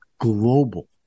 global